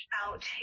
out